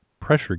pressure